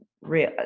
real